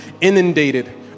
inundated